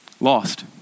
Lost